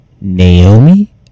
Naomi